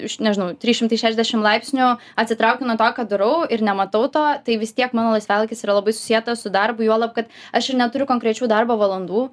iš nežinau trys šimtai šešiasdešimt laipsnių atsitraukiu nuo to ką darau ir nematau to tai vis tiek mano laisvalaikis yra labai susietas su darbu juolab kad aš ir neturiu konkrečių darbo valandų